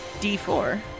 D4